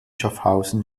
schaffhausen